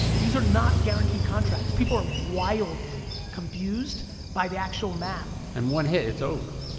these are not guaranteed contracts. people are wildly confused by the actual math. and one hit, it's over.